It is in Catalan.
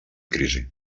crisi